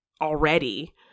already